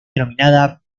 denominada